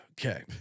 Okay